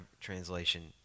translation